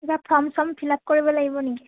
কিবা ফৰ্ম চৰ্ম fill up কৰিব লাগিব নেকি